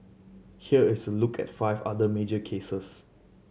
here is a look at five other major cases